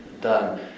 done